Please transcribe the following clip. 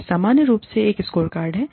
यह सामान्य रूप से एक स्कोरकार्ड है